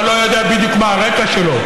(דחיית מועד התחילה),